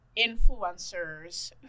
influencers